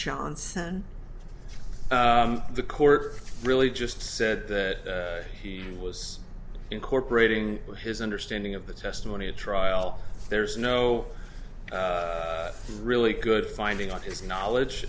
johnson the court really just said that he was incorporating his understanding of the testimony at trial there's no really good finding of his knowledge